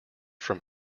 from